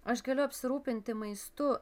aš galiu apsirūpinti maistu